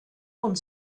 und